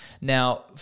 Now